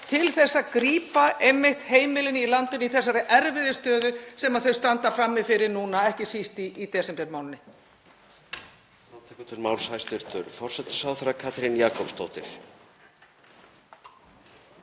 til að grípa einmitt heimilin í landinu í þessari erfiðu stöðu sem þau standa frammi fyrir núna, ekki síst í desembermánuði?